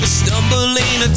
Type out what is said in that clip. stumbling